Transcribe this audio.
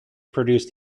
produce